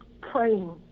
praying